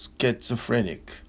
Schizophrenic